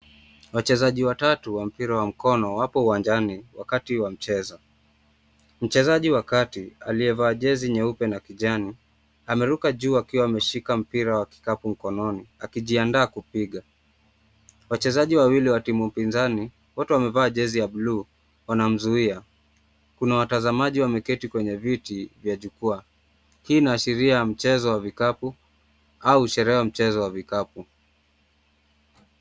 Wachezaji watatu wa mpira wa mkono wapo uwanjani wakati wa mchezo. Mchezaji wa kati aliyevaa jezi nyeupe na kijani ameruka juu akiwa ameshika mpira wa kikapu mkononi akijiandaa kupiga. Wachezaji wawili wa timu upinzani wote wamevaa jezi ya bluu wanamzuia, kuna watazamaji wameketi kwenye viti vya jukuwaa hii inaashiria mchezo wa vikapu au sherehe wa mchezo wa vikapu.